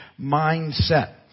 mindset